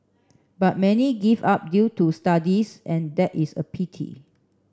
but many give up due to studies and that is a pity